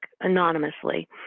anonymously